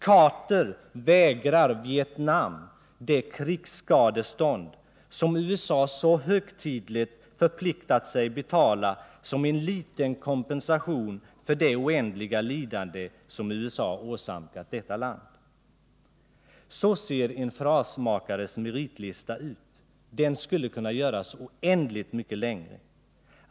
Carter vägrar Vietnam det krigsskadestånd som USA så högtidligt förpliktat sig att betala som en liten kompensation för det oändliga lidande som USA åsamkat detta land. Så ser en frasmakares meritlista ut. Den skulle kunna göras oändligt mycket längre.